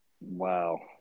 Wow